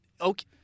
Okay